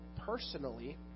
personally